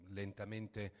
lentamente